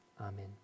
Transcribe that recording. Amen